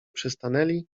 przystanęli